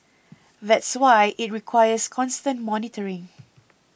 that's why it requires constant monitoring